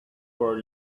four